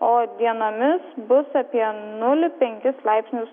o dienomis bus apie nulį penkis laipsnius